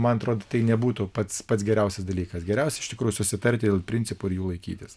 man atrodo tai nebūtų pats pats geriausias dalykas geriausia iš tikrųjų susitarti dėl principų ir jų laikytis